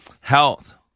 health